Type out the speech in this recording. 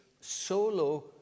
solo